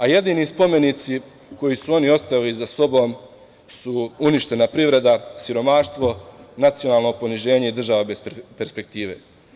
Jedini spomenici koje su oni ostavili za sobom su uništena privreda, siromaštvo, nacionalno poniženje i država bez perspektive.